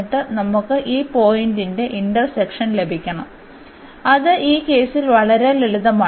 എന്നിട്ട് നമുക്ക് ഈ പോയിന്റിന്റെ ഇന്റർസെക്ഷൻ ലഭിക്കണം അത് ഈ കേസിൽ വളരെ ലളിതമാണ്